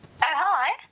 hi